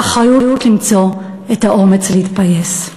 האחריות למצוא את האומץ להתפייס.